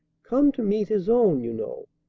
come to meet his own, you know.